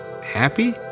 happy